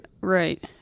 Right